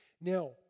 Now